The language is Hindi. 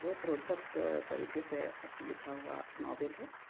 बहुत रोचक तरीके से लिखा हुआ नॉबेल है